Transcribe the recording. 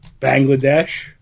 Bangladesh